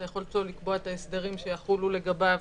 את היכולת שלו לקבוע את ההסדרים שיחולו לגביו